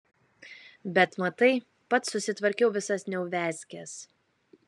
bet matai pats susitvarkiau visas neuviazkes